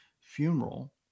funeral